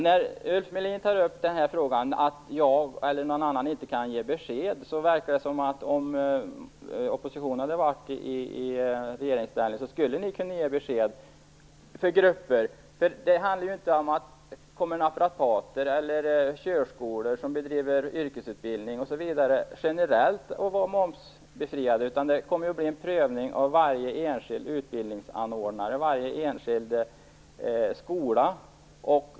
När Ulf Melin säger att varken jag eller någon annan kan ge besked till olika grupper verkar det som om oppositionen hade kunnat göra det om de hade varit i regeringsställning. Men det handlar ju inte om att naprapater eller körskolor som bedriver yrkesutbildning generellt kommer att vara momsbefriade. Det kommer i stället att bli en prövning av varje enskild utbildningsanordnare och varje enskild skola.